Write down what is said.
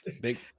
big